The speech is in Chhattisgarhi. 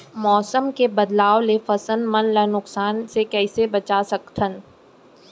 मौसम के बदलाव ले फसल मन ला नुकसान से कइसे बचा सकथन?